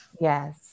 Yes